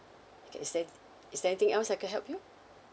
okay is there is there anything else I can help you